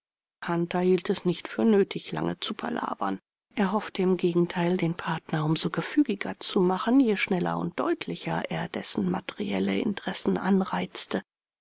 hielt es nicht für nötig lange zu palavern er hoffte im gegenteil den partner um so gefügiger zu machen je schneller und deutlicher er dessen materielle interessen anreizte